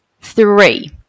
Three